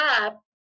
up